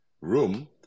room